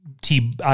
T-